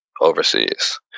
overseas